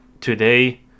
today